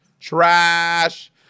Trash